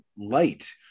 light